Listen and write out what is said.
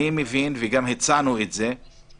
אני מבין, וגם הצענו את זה כאופוזיציה,